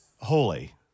holy